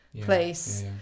place